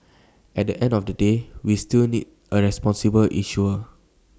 at the end of the day we still need A responsible issuer